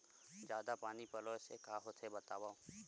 जादा पानी पलोय से का होथे बतावव?